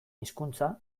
hizkuntza